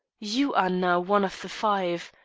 you are now one of the five.